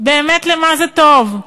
באמת, לְמה זה טוב?